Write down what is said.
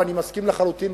ואני מסכים לחלוטין,